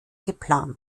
geplant